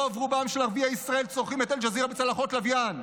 רוב-רובם של ערביי ישראל צורכים את אל-ג'זירה בצלחות לוויין.